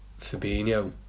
Fabinho